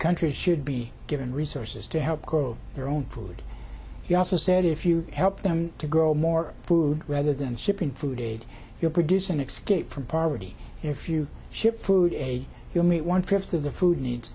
countries should be given resources to help grow their own food he also said if you help them to grow more food rather than shipping food aid you're producing excluded from party if you ship food aid you'll meet one fifth of the food